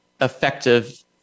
effective